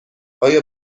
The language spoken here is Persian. آیا